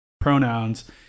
pronouns